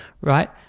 right